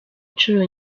inshuro